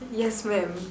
yes madam